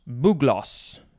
bugloss